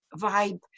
vibe